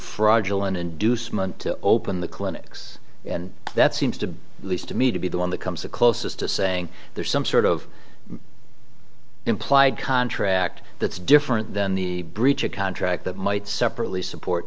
fraudulent inducement to open the clinics and that seems to be at least to me to be the one that comes closest to saying there's some sort of implied contract that's different than the breach of contract that might separately support